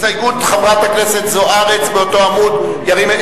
ההסתייגויות של קבוצת סיעת חד"ש לסעיף 18,